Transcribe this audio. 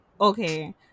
okay